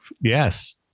Yes